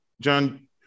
John